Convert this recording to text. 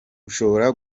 ushobora